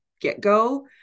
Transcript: get-go